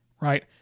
Right